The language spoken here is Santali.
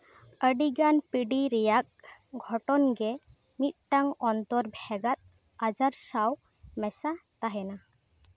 ᱟᱹᱰᱤᱜᱟᱱ ᱯᱤᱰᱤ ᱨᱮᱭᱟᱜ ᱜᱷᱚᱴᱚᱱ ᱜᱮ ᱢᱤᱫᱴᱟᱱ ᱚᱱᱛᱚᱨ ᱵᱷᱮᱜᱟᱫ ᱟᱡᱟᱨ ᱥᱟᱶ ᱢᱮᱥᱟ ᱛᱟᱦᱮᱱᱟ